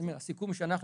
הסיכום שאנחנו,